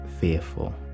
fearful